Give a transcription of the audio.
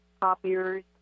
copiers